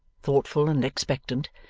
thoughtful and expectant,